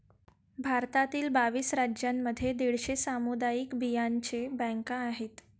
भारतातील बावीस राज्यांमध्ये दीडशे सामुदायिक बियांचे बँका आहेत